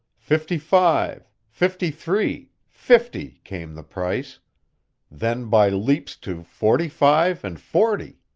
fifty-five fifty-three fifty, came the price then by leaps to forty-five and forty.